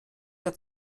der